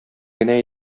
генә